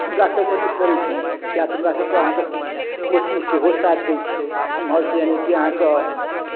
हुनकासभके नहि पड़ै छनि किएक तऽ हुनकासभकेँ अहाँकेँ किछु कोशी सेहो साथ दैत छै इमहरसँ यानिकि अहाँके